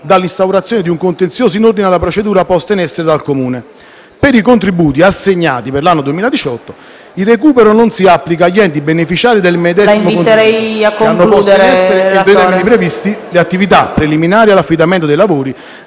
dall'instaurazione di un contenzioso in ordine alla procedura posta in essere dal Comune. Per i contributi assegnati per l'anno 2018, il recupero non si applica agli enti beneficiari del medesimo contributo che hanno posto in essere, entro i termini previsti, le attività preliminari all'affidamento dei lavori